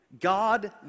God